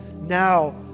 now